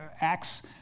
acts